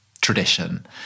tradition